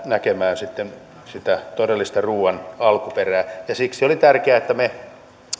näkemään sitten sitä todellista ruuan alkuperää ja siksi oli tärkeää että me